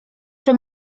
czy